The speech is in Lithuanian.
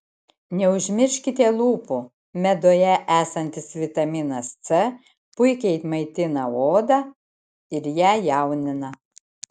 neužmirškite lūpų meduje esantis vitaminas c puikiai maitina odą ir ją jaunina